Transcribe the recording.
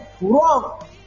wrong